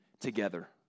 together